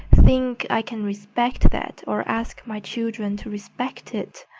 think i can respect that, or ask my children to respect it?